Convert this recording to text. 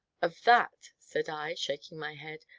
of that, said i, shaking my head,